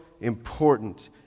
important